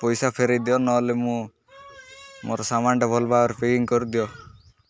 ପଇସା ଫେରାଇ ଦିଅ ନହେଲେ ମୁଁ ମୋର ସାମାନଟା ଭଲ ଭାବରେ ପ୍ୟାକିଂ କରିଦିଅ